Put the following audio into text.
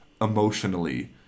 emotionally